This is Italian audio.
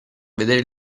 vedere